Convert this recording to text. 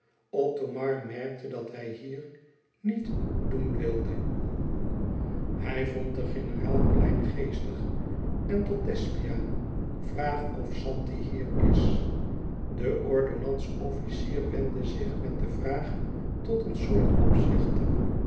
othomar merkte dat hij hier niet doen wilde hij vond den generaal kleingeestig en tot thesbia vraag of zanti hier is de ordonnans-officier wendde zich met de vraag tot een soort opzichter